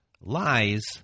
lies